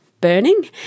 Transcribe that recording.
burning